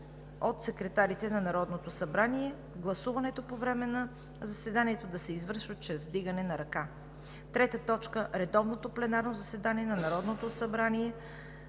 от секретарите на Народното събрание. Гласуването по време на заседанието да се извършва чрез вдигане на ръка. 3. Редовното пленарно заседание на Народното събрание